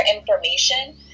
information